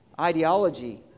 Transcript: Ideology